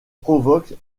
provoque